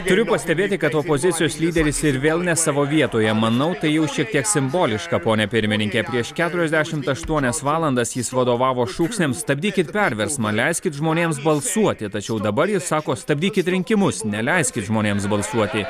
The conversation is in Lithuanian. turiu pastebėti kad opozicijos lyderis ir vėl ne savo vietoje manau tai jau šiek tiek simboliška pone pirmininke prieš keturiasdešim aštuonias valandas jis vadovavo šūksniams stabdykit perversmą leiskit žmonėms balsuoti tačiau dabar jis sako stabdykit rinkimus neleiskit žmonėms balsuoti